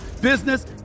business